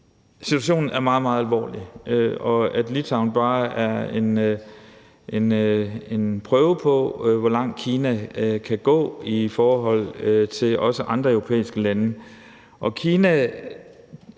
situationen er meget, meget alvorlig, og at Litauen bare er en prøve på, hvor langt Kina kan gå i forhold til også andre europæiske lande.